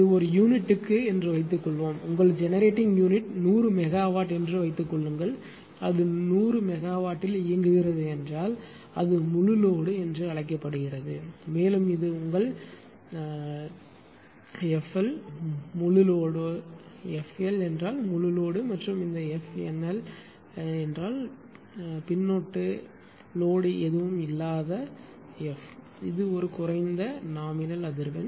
இது ஒரு யூனிட்டுக்கு என்று வைத்துக்கொள்வோம் உங்கள் ஜெனரேட்டிங் யூனிட் 100 மெகாவாட் என்று வைத்துக்கொள்ளுங்கள் அது 100 மெகாவாட்டில் இயங்குகிறது என்றால் அது முழு லோடு என்று அழைக்கப்படுகிறது மேலும் இது உங்கள் எஃப் எஃப்எல் முழு லோடு எஃப்எல் என்றால் முழு லோடு மற்றும் இந்த எஃப் என்எல் என்எல் பின்னொட்டு என்றால் லோடு இல்லை இது ஓரளவு குறைந்த அதிர்வெண்